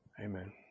Amen